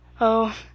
Oh